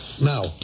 Now